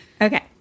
Okay